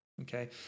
okay